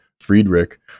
Friedrich